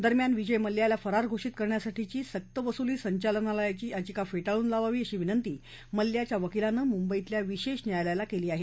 दरम्यान विजय मल्ल्या याला फरार घोषित करण्यासाठीची सक्तवसुली संचालनालयाची याचिका फेटाळून लावावी अशी विनंती मल्ल्याच्या वकिलानं मुंबईतल्या विशेष न्यायालयाला केली आहे